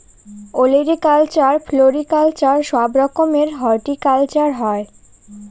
olericulture, floriculture সব রকমের horticulture হয়